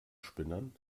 spinnern